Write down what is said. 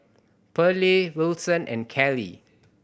Perley Wilson and Kelley